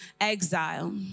exile